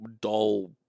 dull